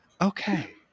okay